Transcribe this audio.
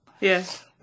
yes